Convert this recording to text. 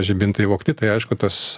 žibintai vogti tai aišku tas